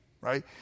right